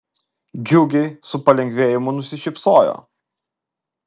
džiugiai su palengvėjimu nusišypsojo